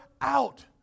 out